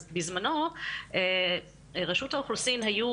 אז בזמנו רשות האוכלוסין וההגירה היו